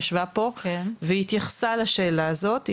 והיא התייחסה לשאלה הזאת.